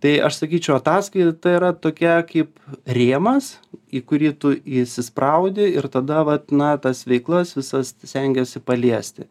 tai aš sakyčiau ataskaita yra tokia kaip rėmas į kurį tu įsispraudi ir tada vat na tas veiklas visas stengiesi paliesti